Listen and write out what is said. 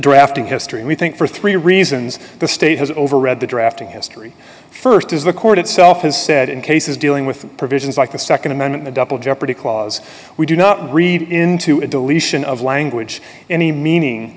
drafting history we think for three reasons the state has over read the drafting history st is the court itself has said in cases dealing with provisions like the nd amendment the double jeopardy clause we do not read into a deletion of language any meaning